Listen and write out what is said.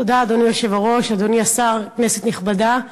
אדוני היושב-ראש, תודה, אדוני השר, כנסת נכבדה,